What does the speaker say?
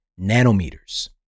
nanometers